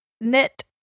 knit